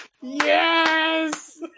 Yes